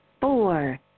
Four